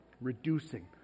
reducing